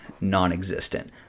non-existent